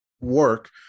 work